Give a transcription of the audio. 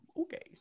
okay